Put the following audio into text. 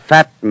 Fat